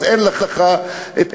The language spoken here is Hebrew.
אז אין לך את הסיפוק,